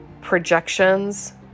projections